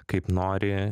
kaip nori